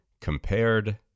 compared